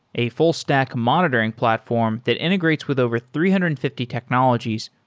a full stack monitoring platform that integrates with over three hundred and fifty technologies,